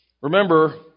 Remember